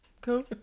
Cool